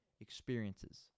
experiences